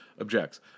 objects